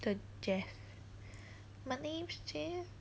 the jeff my name is jeff